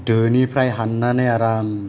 दोनिफ्राय हाननानै आराम